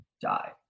die